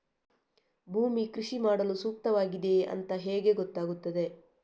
ಭೂಮಿ ಕೃಷಿ ಮಾಡಲು ಸೂಕ್ತವಾಗಿದೆಯಾ ಅಂತ ಹೇಗೆ ಗೊತ್ತಾಗುತ್ತದೆ?